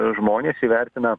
žmonės įvertina